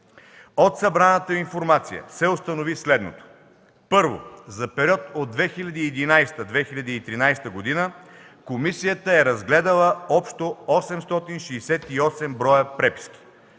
От събраната информация се установи следното: 1. За периода 2011 – 2013 г. Комисията е разгледала общо 868 броя преписки.